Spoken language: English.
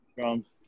Drums